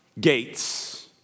gates